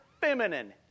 feminine